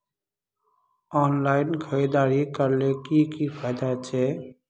Online खरीदारी करले की की फायदा छे?